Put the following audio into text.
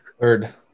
Third